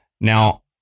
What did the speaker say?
Now